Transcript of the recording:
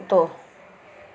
कुतो